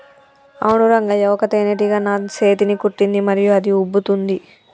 అవును రంగయ్య ఒక తేనేటీగ నా సేతిని కుట్టింది మరియు అది ఉబ్బుతోంది